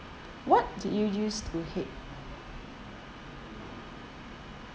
what do you used to hate